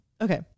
Okay